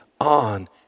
on